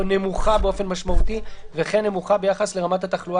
נמוכה באופן משמעותי וכן נמוכה ביחס לרמת התחלואה